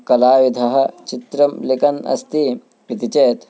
कलाविधः चित्रं लेखनम् अस्ति इति चेत्